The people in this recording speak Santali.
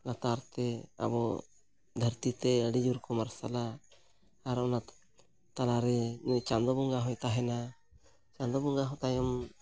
ᱞᱟᱛᱟᱨ ᱛᱮ ᱟᱵᱚ ᱫᱷᱟ ᱨᱛᱤ ᱛᱮ ᱟᱹᱰᱤ ᱡᱳᱨ ᱠᱚ ᱢᱟᱨᱥᱟᱞᱟ ᱟᱨ ᱚᱱᱟ ᱛᱟᱞᱟᱨᱮ ᱩᱱᱤ ᱪᱟᱸᱫᱚ ᱵᱚᱸᱜᱟ ᱦᱚᱸᱭ ᱛᱟᱦᱮᱱᱟ ᱪᱟᱸᱫᱳ ᱵᱚᱸᱜᱟ ᱦᱚᱸ ᱛᱟᱭᱚᱢ